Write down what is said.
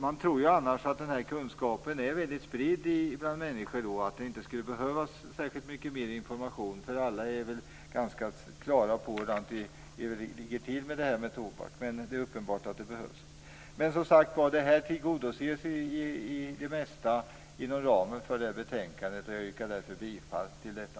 Man tror ju annars att den här kunskapen är väldigt spridd bland människor och att det inte skulle behövas särskilt mycket mer information, eftersom alla borde vara ganska klara över hur det ligger till med tobaksrökning. Men det är uppenbart att det behövs mer information. Som sagt var tillgodoses det mesta inom ramen för betänkandet. Jag yrkar därför bifall till detta.